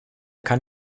kann